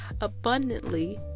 abundantly